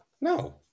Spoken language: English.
No